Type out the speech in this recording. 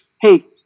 Hey